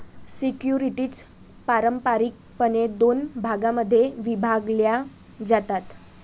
securities पारंपारिकपणे दोन भागांमध्ये विभागल्या जातात